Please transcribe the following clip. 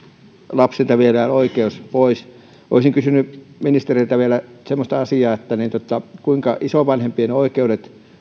lapsilta viedään oikeus pois olisin kysynyt ministeriltä vielä semmoista asiaa kuinka turvataan isovanhempien oikeudet